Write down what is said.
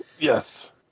Yes